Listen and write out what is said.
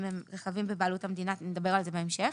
הם רכבי בבעלות המדינה ונדבר על זה בהמשך.